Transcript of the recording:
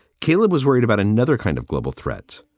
caleb was worried about another kind of global threat,